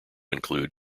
include